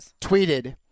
tweeted